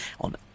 on